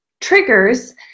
triggers